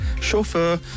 chauffeur